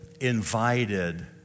invited